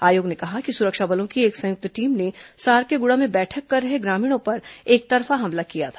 आयोग ने कहा है कि सुरक्षा बलों की एक संयुक्त टीम ने सारकेगुड़ा में बैठक कर रहे ग्रामीणों पर एकतरफा हमला किया था